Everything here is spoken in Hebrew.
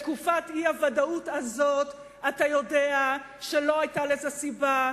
בתקופת האי-ודאות הזאת אתה יודע שלא היתה לזה סיבה.